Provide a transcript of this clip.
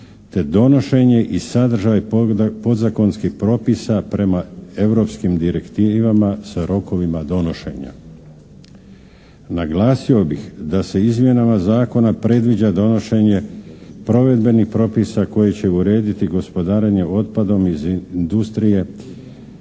te donošenje i sadržaj podzakonskih propisa prema europskim direktivama sa rokovima donošenja. Naglasio bih da se izmjenama Zakona predviđa donošenje provedbenih propisa koji će urediti gospodarenje otpadom iz industrije